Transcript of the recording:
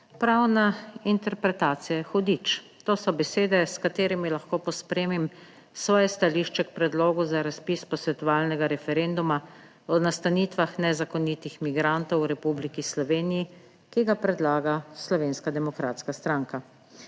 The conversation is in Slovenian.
prav na interpretacije, hudič, To so besede s katerimi lahko pospremim svoje stališče k predlogu za razpis posvetovalnega referenduma o nastanitvah nezakonitih migrantov v Republiki Sloveniji, ki ga predlaga Slovenska demokratska stranka.